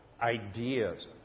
ideas